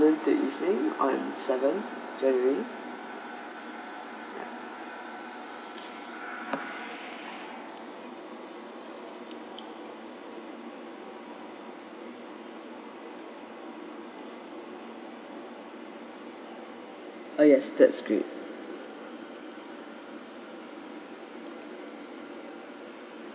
~noon to evening on seventh january ah yes that is good